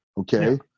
Okay